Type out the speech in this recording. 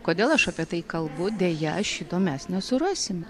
kodėl aš apie tai kalbu deja šito mes nesurasime